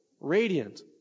radiant